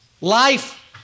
Life